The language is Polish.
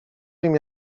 wiem